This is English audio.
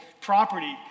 property